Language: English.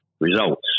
results